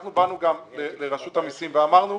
אנחנו באנו לרשות המיסים ואמרנו